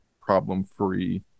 problem-free